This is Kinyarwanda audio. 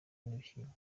n’ibishyimbo